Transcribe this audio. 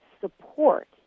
support